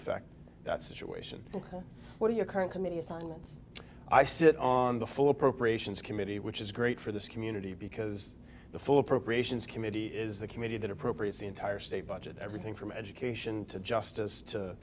affect that situation what are your current committee assignments i sit on the full appropriations committee which is great for this community because the full appropriations committee is the committee that appropriate the entire state budget everything from education to justice to